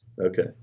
Okay